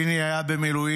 פיני היה במילואים,